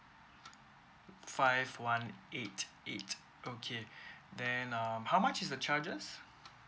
five one eight eight okay then um how much is the charges